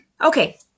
okay